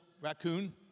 raccoon